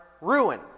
ruin